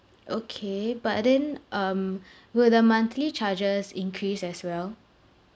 okay but then um will the monthly charges increase as well